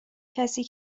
کسی